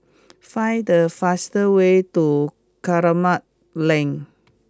find the fast way to Kramat Lane